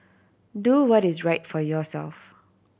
do what is right for yourself